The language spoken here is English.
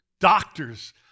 doctors